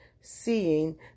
seeing